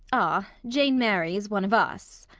ah, jane merry is one of us,